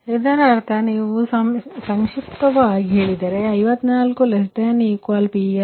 ಇದರರ್ಥ ನೀವು ಇದನ್ನು ಸಂಕ್ಷಿಪ್ತವಾಗಿ ಹೇಳಿದರೆ 54≤PL≤73 λ 0